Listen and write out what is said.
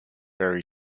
very